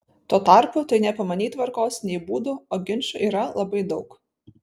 tuo tarpu tai neapima nei tvarkos nei būdų o ginčų yra labai daug